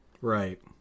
Right